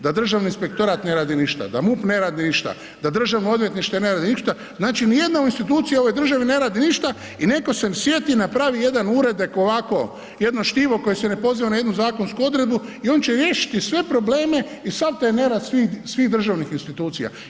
Da Državni inspektorat ne radi ništa, da MUP ne radi ništa, da državno odvjetništvo ne radi ništa, znači nijedna institucija u ovoj državni ne radi ništa i netko se sjeti napravi jedan uradak ovako, jedno štivo koje se ne poziva na jednu zakonsku odredbu i on će riješiti sve probleme i sav taj nerad svih državnih institucija.